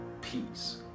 peace